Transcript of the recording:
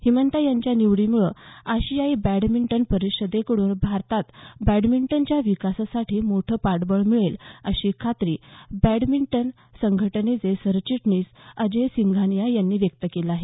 हिमंता यांच्या निवडीमुळं आशियाई बॅडमिंटन परिषदेकडून भारतात बॅडमिंटनच्या विकासासाठी मोठं पाठबळ मिळेल अशी खात्री भारतीय बॅडमिंटन संघटनेचे सरचिटणीस अजय सिंघानिया यांनी व्यक्त केली आहे